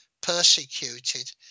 persecuted